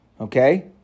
Okay